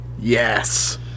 Yes